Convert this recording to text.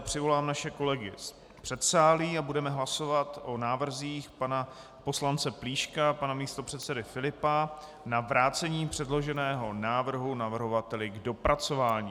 Přivolám naše kolegy z předsálí a budeme hlasovat o návrzích pana poslance Plíška, pana místopředsedy Filipa na vrácení předloženého návrhu navrhovateli k dopracování.